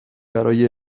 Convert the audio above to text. برای